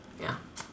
ya